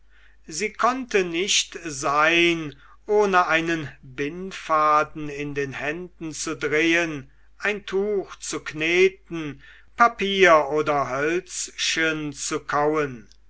sie konnte nicht sein ohne einen bindfaden in den händen zu drehen ein tuch zu kneten papier oder hölzchen zu kauen